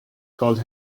called